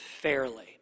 fairly